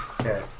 Okay